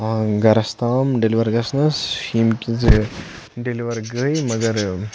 گَرَس تام ڈیٚلوَر گَژھنَس یِمکہِ زِ ڈیٚلِوَر گٔے مَگَر